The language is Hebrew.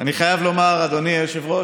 אני חייב לומר, אדוני היושב-ראש,